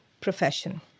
profession